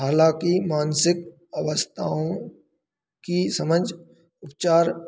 हालाँकि मानसिक आवश्यकताओं की समझ उपचार